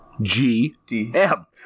G-D-M